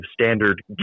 standard